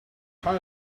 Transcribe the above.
tyler